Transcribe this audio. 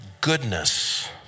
Goodness